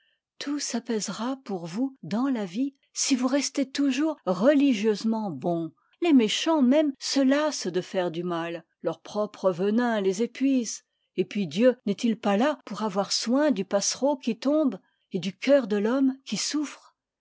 tout s'apaisera pour vous dans la vie si vous restez toujours religieusement bon les méchants mêmes se lassent de faire du mal leur propre venin les épuise et puis dieu n'est-il pas là pour avoir soin du passereau qui tombe et du cœur de l'homme qui souffre